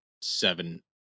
seven